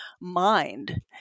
Mind